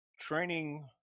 training